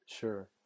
sure